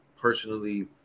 personally